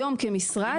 היום כמשרד,